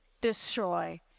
destroy